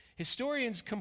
Historians